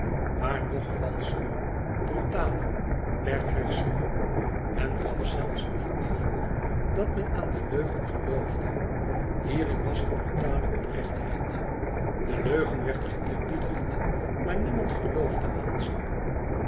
maar nog valscher brutaler perverser men gaf zelfs niet meer voor dat men aan de leugen geloofde hierin was een brutale oprechtheid de leugen werd geëerbiedigd maar niemand geloofde aan ze